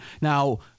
Now